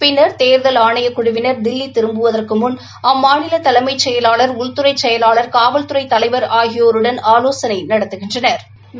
பின்னா் தோதல் ஆணைய குழுவினா் தில்லி திரும்புவதற்கு முன் அம்மாநில தலைமைச் செயலாளா் உள்துறை செயலாளா் காவல்துறை தலைவா் ஆகியோருடன் ஆலோசனை நடத்துகின்றனா்